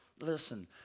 listen